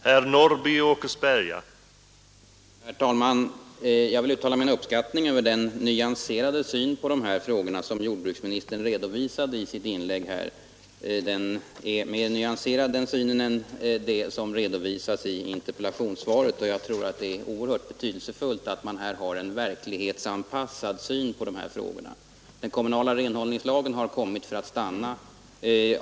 Herr talman! Jag vill uttala min uppskattning av den nyanserade syn på dessa frågor som jordbruksministern redovisade i sitt senaste inlägg. Den var mera nyanserad än den syn som redovisades i interpellationssvaret. Jag tror också det är oerhört betydelsefullt att vi har en verklighetsanpassad syn på dessa frågor. Den kommunala renhållningslagen har kommit för att stanna.